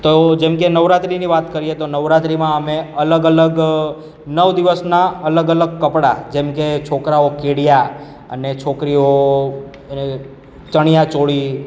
તો જેમ કે નવરાત્રીની વાત કરીએ તો નવરાત્રીમાં અમે અલગ અલગ નવ દિવસના અલગ અલગ કપડા જેમ કે છોકરાઓ કેડિયા અને છોકરીઓ ચણિયા ચોળી